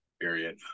period